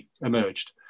emerged